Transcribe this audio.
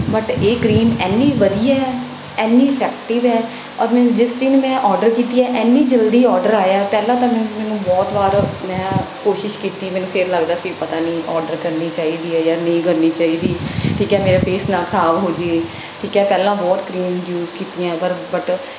but ਇਹ cream ਇੰਨੀ ਵਧੀਆ ਹੈ ਇੰਨੀ ਇਫੈਕਟਿਵ ਹੈ ਔਰ ਮੀਨਜ਼ ਜਿਸ ਦਿਨ ਮੈਂ ਔਡਰ ਕੀਤੀ ਹੈ ਐਨੀ ਜਲਦੀ ਔਡਰ ਆਇਆ ਪਹਿਲਾਂ ਤਾਂ ਮੈਨੂੰ ਬਹੁਤ ਵਾਰ ਮੈਂ ਕੋਸ਼ਿਸ਼ ਕੀਤੀ ਮੈਨੂੰ ਫਿਰ ਲੱਗਦਾ ਸੀ ਪਤਾ ਨਹੀਂ ਔਡਰ ਕਰਨੀ ਚਾਹੀਦੀ ਹੈ ਜਾਂ ਨਹੀਂ ਕਰਨੀ ਚਾਹੀਦੀ ਠੀਕ ਹੈ ਮੇਰਾ ਫੇਸ ਨਾ ਖ਼ਰਾਬ ਹੋ ਜਾਵੇ ਠੀਕ ਹੈ ਪਹਿਲਾਂ ਬਹੁਤ ਕਰੀਮ ਯੂਜ਼ ਕੀਤੀਆਂ ਪਰ ਬੱਟ